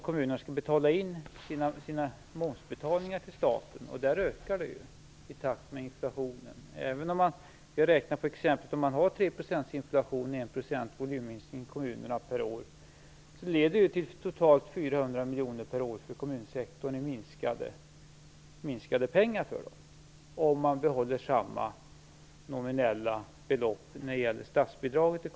Kommunerna skall ju betala in sina momsbetalningar till staten, och där blir det en ökning i takt med inflationen. Även om man räknar med 3 % inflation och 1 % från kommunerna varje år leder detta till totalt 400 miljoner per år för kommunsektorn i minskade intäkter, om man behåller samma nominella belopp när det gäller statsbidraget.